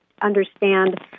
understand